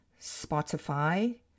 Spotify